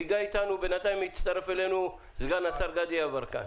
בינתיים הצטרף אלינו סגן השר גדי יברקן.